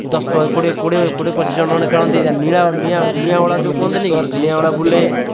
ଦଶ କୋଡ଼ିଏ କୋଡ଼ିଏ କୋଡ଼ିଏ ପଚିଶି ଜଣ ଖଣ୍ଡେ ଖେଳନ୍ତି ତ ନିଳା ନିଆଁ ନିଆଁ ହୁଳା ଯେଉଁ କୁହନ୍ତିନି କି ନିଆଁ ହୁଳା ବୁଲେ